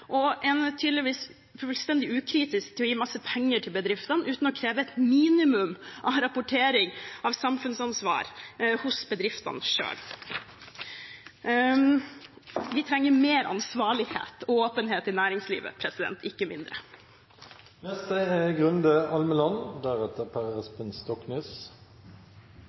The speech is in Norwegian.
er også tydeligvis fullstendig ukritisk til å gi masse penger til bedriftene uten å kreve et minimum av rapportering om samfunnsansvar hos bedriftene selv. Vi trenger mer ansvarlighet og åpenhet i næringslivet – ikke